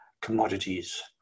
commodities